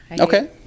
okay